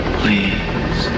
please